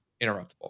interruptible